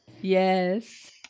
Yes